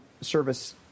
service